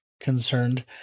concerned